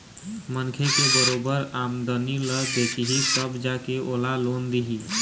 मनखे के बरोबर आमदनी ल देखही तब जा के ओला लोन दिही